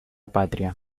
patria